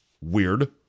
Weird